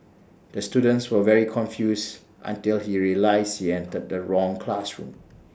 the student was very confused until he realised he entered the wrong classroom